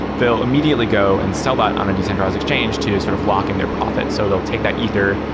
they'll immediately go and sell bot on a decentralized exchange to sort of lock in their profit. so they'll take that ether,